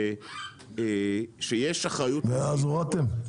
מאז הורדתם?